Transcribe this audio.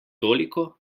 toliko